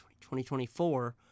2024